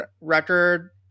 record